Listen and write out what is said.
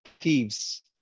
thieves